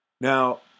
now